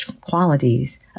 qualities